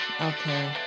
okay